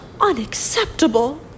unacceptable